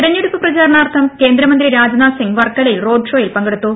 തിരഞ്ഞെടുപ്പ് പ്രചരണാർത്ഥം കേന്ദ്രമന്ത്രി രാജ് നാഥ് സിംഗ് വർക്കലയിൽ റോഡ്ഷോയിൽ പങ്കെടുത്തു